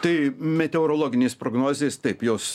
tai meteorologinės prognozės taip jos